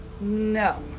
No